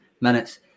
minutes